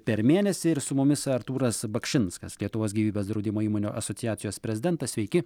per mėnesį ir su mumis artūras bakšinskas lietuvos gyvybės draudimo įmonių asociacijos prezidentas sveiki